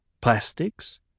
plastics